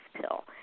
pill